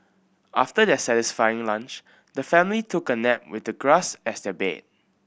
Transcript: after their satisfying lunch the family took a nap with the grass as their bed